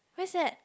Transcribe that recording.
where's that